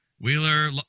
Wheeler